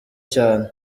cyane